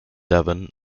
devon